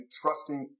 trusting